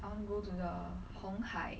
I want go to the 红海